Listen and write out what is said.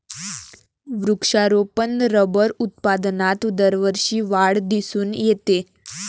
वृक्षारोपण रबर उत्पादनात दरवर्षी वाढ दिसून येते